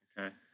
Okay